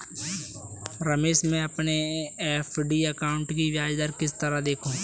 रमेश मैं अपने FD account की ब्याज दर किस तरह देखूं?